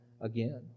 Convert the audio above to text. again